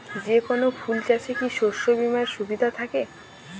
যেকোন ফুল চাষে কি শস্য বিমার সুবিধা থাকে?